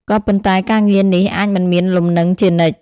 ក៏ប៉ុន្តែការងារនេះអាចមិនមានលំនឹងជានិច្ច។